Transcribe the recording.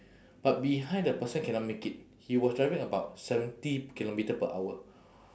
but behind the person cannot make it he was driving about seventy kilometre per hour